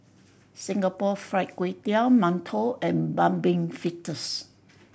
Singapore Fried Kway Tiao mantou and Mung Bean Fritters